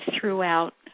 throughout